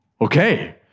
okay